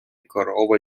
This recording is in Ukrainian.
корова